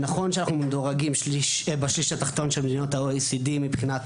נכון שאנחנו מדורגים בשליש התחתון של מדינות ה-OECD מבחינת